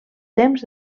temps